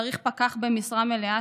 צריך פקח במשרה מלאה,